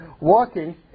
walking